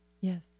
Yes